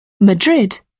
Madrid